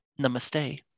Namaste